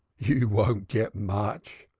you won't get much,